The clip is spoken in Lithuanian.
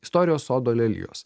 istorijos sodo lelijos